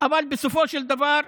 אבל בסופו של דבר,